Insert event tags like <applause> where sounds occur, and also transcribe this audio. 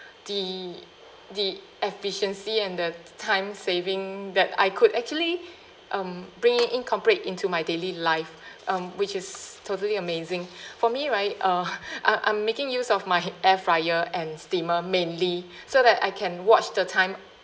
the the efficiency and the time saving that I could actually um bring in incorporate into my daily life um which is totally amazing <breath> for me right uh <laughs> I I'm making use of my air fryer and steamer mainly <breath> so that I can watch the time